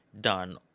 done